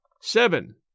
Seven